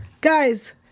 Guys